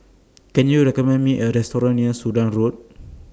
Can YOU recommend Me A Restaurant near Sudan Road